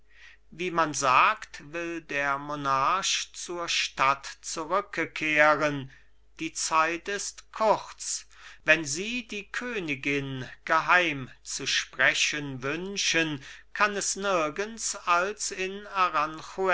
wie man sagt will der monarch zur stadt zurückekehren die zeit ist kurz wenn sie die königin geheim zu sprechen wünschen kann es nirgends als in